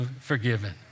forgiven